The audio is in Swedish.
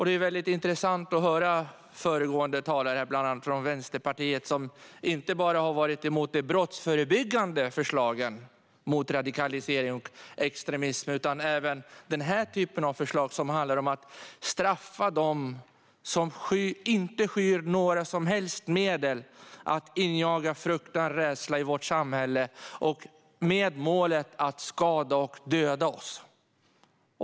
Det var intressant att höra föregående talare från bland annat Vänsterpartiet, som har varit emot inte bara de brottsförebyggande förslagen mot radikalisering och extremism utan även denna typ av förslag, som handlar om att straffa dem som inte skyr några som helst medel för att injaga fruktan och rädsla i vårt samhälle, med målet att skada och döda oss.